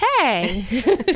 Hey